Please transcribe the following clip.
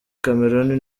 cameroon